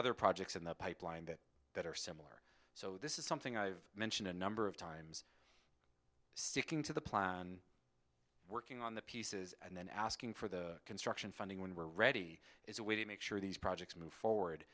other projects in the pipeline that that are similar so this is something i've mentioned a number of times sticking to the plan working on the pieces and then asking for the construction funding when we're ready is a way to make sure these projects move forward